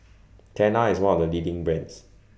Tena IS one of The leading brands